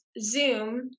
Zoom